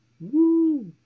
Woo